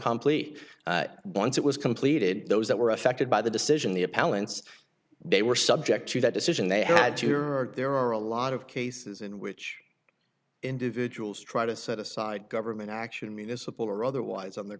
accompli once it was completed those that were affected by the decision the appellant's they were subject to that decision they had to hear or there are a lot of cases in which individuals try to set aside government action municipal or otherwise on the